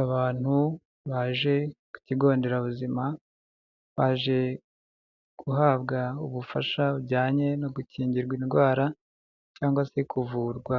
Abantu baje ku kigo nderabuzima baje guhabwa ubufasha bujyanye no gukingirwa indwara cyangwa se kuvurwa